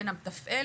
בין המתפעל,